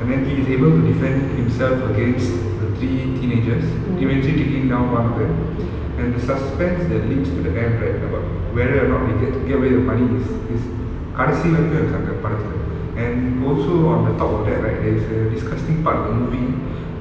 and then he is able to defend himself against the three teenagers eventually taking down one of them and the suspense that leads to the end right about whether or not they get get where the money is is கடைசி வரைக்கும் அது காட்டல படத்துல:kadaisi varaikum adhu katala padathula and also on the top of that right there is a disgusting part in the movie